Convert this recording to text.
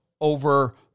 over